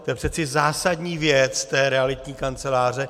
To je přeci zásadní věc té realitní kanceláře.